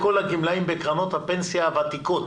בינואר הם רוצים להוריד לכל הגמלאים בקרנות הפנסיה הוותיקות